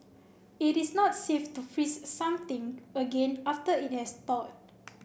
it is not safe to freeze something again after it has thawed